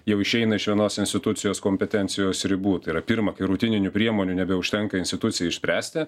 jau išeina iš vienos institucijos kompetencijos ribų tai yra pirma kai rutininių priemonių nebeužtenka institucijai išspręsti